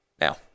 now